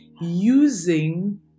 using